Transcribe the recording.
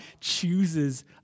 chooses